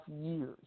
years